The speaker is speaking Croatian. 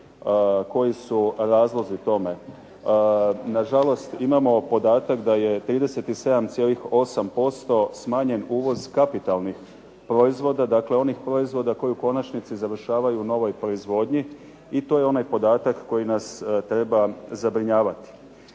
koji su razlozi tome. Na žalost imamo podatak o tome da je 37,8% smanjen uvoz kapitalnih proizvoda, dakle onih proizvoda koji u konačnici završavaju u novoj proizvodnji i to je podatak koji nas treba zabrinjavati.